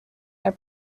are